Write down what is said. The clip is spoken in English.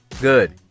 Good